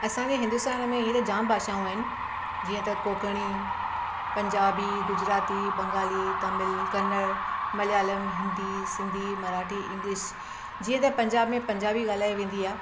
असांजे हिंदुस्तान में हीअं त जाम भाषाऊं आहिनि जीअं त कोंकड़ी पंजाबी गुजराती बंगाली तमिल कन्नड़ मलयालम हिंदी सिंधी मराठी इंग्लिश जीअं त पंजाब में पंजाबी ॻाल्हाए वेंदी आहे